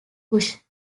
bush